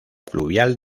fluvial